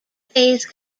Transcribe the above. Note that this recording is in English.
phase